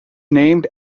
named